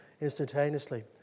instantaneously